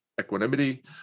equanimity